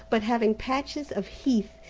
but having patches of heath.